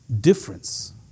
difference